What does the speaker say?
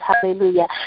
Hallelujah